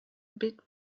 bit